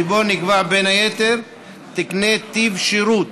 שבו נקבעו בין היתר תקני טיב שירות,